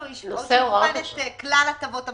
או שהוא יבחן את כלל הטבות המס?